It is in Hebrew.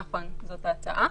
נכון זו ההצעה.